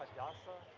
council